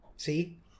See